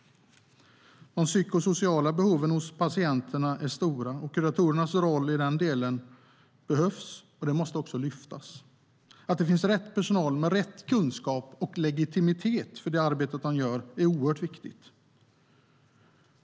De psykosociala behoven hos patienterna är stora. Kuratorernas roll i den delen behövs, och den måste också lyftas fram. Att det finns rätt personal med rätt kunskap och legitimitet för det arbete den gör är oerhört viktigt.